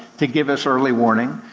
to give us early warning.